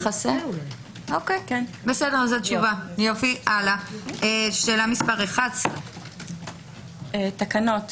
שאלה 11. תקנות.